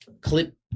Clip